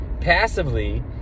passively